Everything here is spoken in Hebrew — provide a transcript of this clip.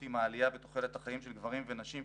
עם העלייה בתוחלת החיים של גברים ונשים,